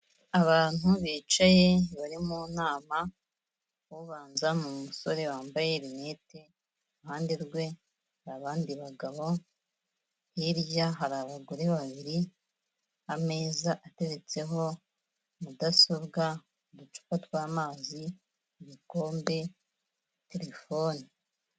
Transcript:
Abantu bicaye bari mu nama, ubanza ni umusore wambaye rinete, iruhande rwe hari abandi bagabo, hirya hari abagore babiri, ameza ateretseho mudasobwa, uducupa tw'amazi, ibikombe, telefone.